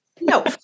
No